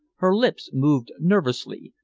her lips moved nervously,